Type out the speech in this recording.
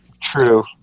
True